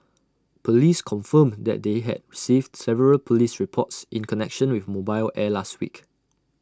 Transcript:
Police confirmed that they had received several Police reports in connection with mobile air last week